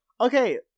Okay